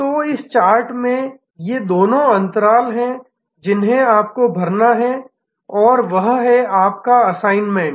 तो इस चार्ट में ये दो अंतराल हैं जिन्हें आपको भरना है और वह है आपका असाइनमेंट